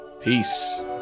Peace